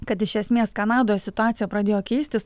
kad iš esmės kanadoj situacija pradėjo keistis